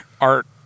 art